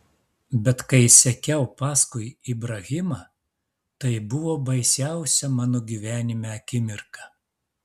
bet kai sekiau paskui ibrahimą tai buvo baisiausia mano gyvenime akimirka